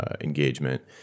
engagement